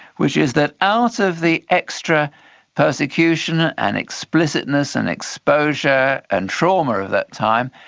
which is that out of the extra persecution ah and explicitness and exposure and trauma of that time,